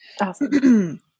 Awesome